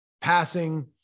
passing